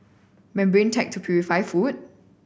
membrane tech to purify food